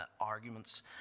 arguments